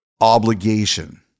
obligation